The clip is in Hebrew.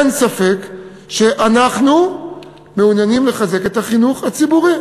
אין ספק שאנחנו מעוניינים לחזק את החינוך הציבורי,